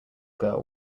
girl